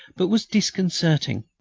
but was disconcerting.